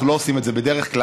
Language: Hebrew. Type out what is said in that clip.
אנחנו לא עושים את זה בדרך כלל,